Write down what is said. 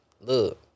look